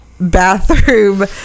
Bathroom